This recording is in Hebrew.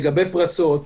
לגבי פרצות,